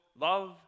love